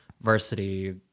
varsity